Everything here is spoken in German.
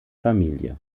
familie